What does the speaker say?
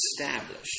established